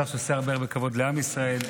השר שעושה הרבה הרבה כבוד לעם ישראל,